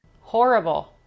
Horrible